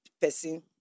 person